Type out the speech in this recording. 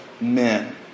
men